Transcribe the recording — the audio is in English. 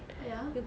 ya